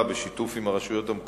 2. כמה שנים נמצאים המכלים